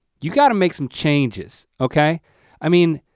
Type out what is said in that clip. you gotta make some changes, okay. i mean